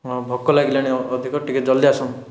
ହଁ ଭୋକ ଲାଗିଲାଣି ଅଧିକ ଟିକିଏ ଜଲ୍ଦି ଆସନ୍